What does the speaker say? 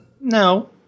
No